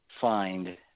find